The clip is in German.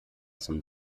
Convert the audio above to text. zum